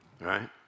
Right